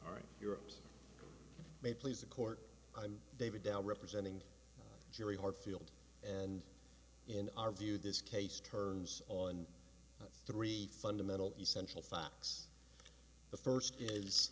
all right europe's may please the court i'm david down representing jury hartfield and in our view this case turns on three fundamental essential facts the first is